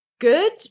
good